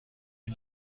این